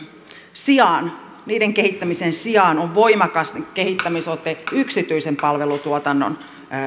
sijaan niiden kehittämisen sijaan on voimakas kehittämisote yksityisen palvelutuotannon